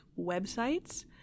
websites